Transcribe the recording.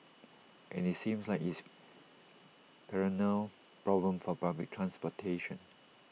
and IT seems like it's A perennial problem for public transportation